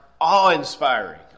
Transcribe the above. awe-inspiring